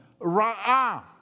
ra'ah